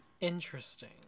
Interesting